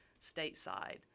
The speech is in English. stateside